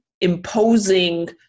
imposing